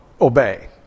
obey